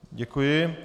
Děkuji.